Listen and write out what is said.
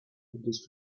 des